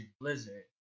Blizzard